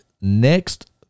Next